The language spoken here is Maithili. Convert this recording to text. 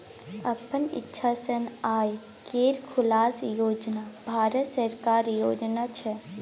अपन इक्षा सँ आय केर खुलासा योजन भारत सरकारक योजना छै